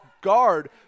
guard